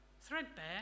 Threadbare